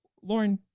lauren,